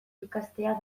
ikastea